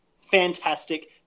fantastic